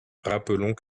rappelons